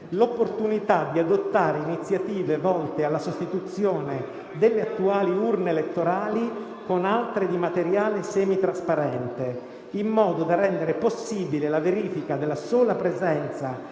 l'opportunità di adottare iniziative volte alla sostituzione delle attuali urne elettorali con altre di materiale semitrasparente, in modo da rendere possibile la verifica della sola presenza